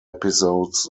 episodes